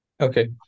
Okay